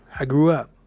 i grew up